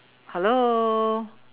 hello